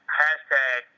hashtag